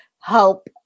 help